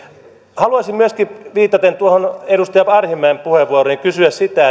haluaisin myöskin viitata tuohon edustaja arhinmäen puheenvuoroon ja kysyä sitä